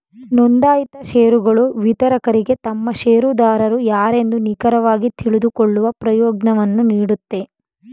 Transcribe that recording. ನೊಂದಾಯಿತ ಶೇರುಗಳು ವಿತರಕರಿಗೆ ತಮ್ಮ ಶೇರುದಾರರು ಯಾರೆಂದು ನಿಖರವಾಗಿ ತಿಳಿದುಕೊಳ್ಳುವ ಪ್ರಯೋಜ್ನವನ್ನು ನೀಡುತ್ತೆ